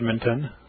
Edmonton